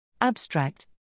Abstract